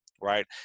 right